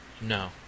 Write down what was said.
No